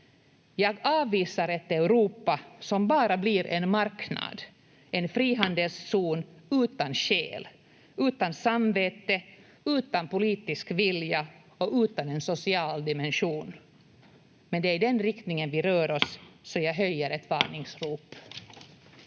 ”Jag avvisar ett Europa som bara blir en marknad, en frihandelszon utan själ, utan samvete, utan politisk vilja och utan en social dimension. Men det är i den riktningen vi rör oss, så jag höjer ett varningsrop."